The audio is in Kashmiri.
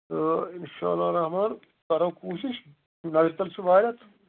تہٕ اِنشاء اللہ رحمٰن کرو کوٗشِش نظرِ تَل چھِ واریاہ تہٕ